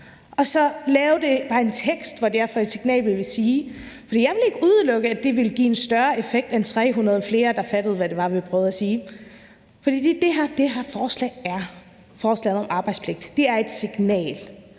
og så bare lave en tekst om, hvad det her signal vil sige. For jeg vil ikke udelukke, at det ville give en større effekt end 300 flere, der fattede, hvad det var, vi prøvede at sige. For det er det, det her forslag om arbejdspligt er; det er et signal,